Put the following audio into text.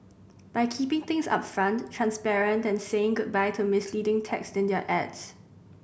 by keeping things upfront transparent and saying goodbye to misleading text in their ads